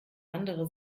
andere